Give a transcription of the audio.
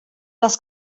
les